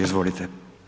Izvolite.